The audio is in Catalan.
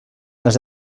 les